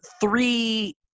three